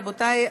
רבותי,